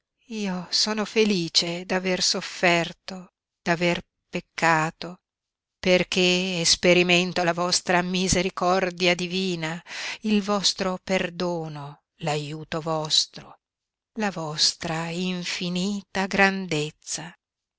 io sono felice d'aver sofferto d'aver peccato perché esperimento la vostra misericordia divina il vostro perdono l'aiuto vostro la vostra infinita grandezza